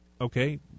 okay